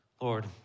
Lord